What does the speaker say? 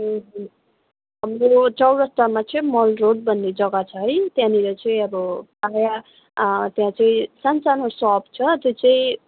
ए हाम्रो चौरस्तामा चाहिँ मल रोड भन्ने जग्गा छ है त्यहाँनिर चाहिँ अब आया त्यहाँ चाहिँ सानसानो सप छ त्यो चाहिँ